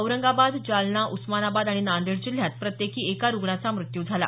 औरंगाबाद जालना उस्मानाबाद आणि नांदेड जिल्ह्यात प्रत्येकी एका रुग्णाचा मृत्यू झाला